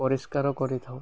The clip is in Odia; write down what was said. ପରିଷ୍କାର କରିଥାଉ